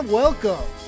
welcome